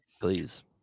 Please